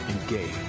engage